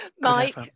mike